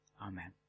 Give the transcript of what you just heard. Amen